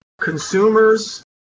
Consumers